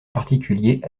particulier